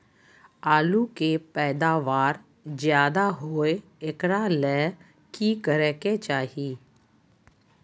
आलु के पैदावार ज्यादा होय एकरा ले की करे के चाही?